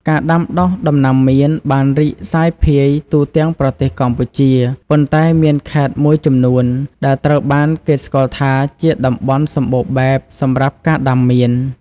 ការដាំដុះដំណាំមៀនបានរីកសាយភាយទូទាំងប្រទេសកម្ពុជា ប៉ុន្តែមានខេត្តមួយចំនួនដែលត្រូវបានគេស្គាល់ថាជាតំបន់សម្បូរបែបសម្រាប់ការដាំមៀន។